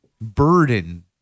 burden